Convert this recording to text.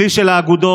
הכלי של האגודות,